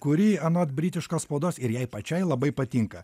kuri anot britiškos spaudos ir jai pačiai labai patinka